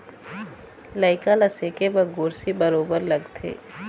लइका ल सेके बर गोरसी बरोबर लगथे